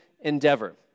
Endeavor